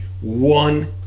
one